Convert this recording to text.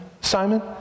Simon